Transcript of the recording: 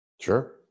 sure